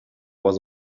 was